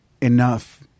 enough